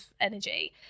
energy